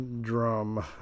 drum